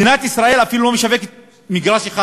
מדינת ישראל לא משווקת אפילו מגרש אחד